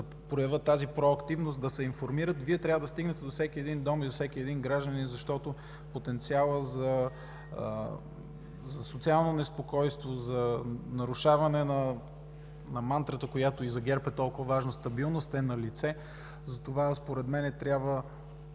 проявят тази проактивност да се информират, Вие трябва да стигнете до всеки един дом и до всеки един гражданин, защото потенциалът за социално неспокойство, за нарушаване на мантрата, която и за ГЕРБ е толкова важна – „стабилност”, е налице. Според мен трябва